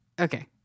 Okay